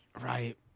Right